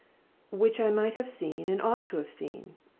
which i might have seen, and ought to have seen,